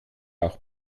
auch